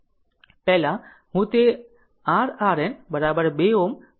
પહેલા હું તે R RN 2 Ω પર આવી રહ્યો છું